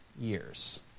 years